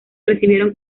recibieron